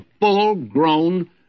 full-grown